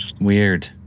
weird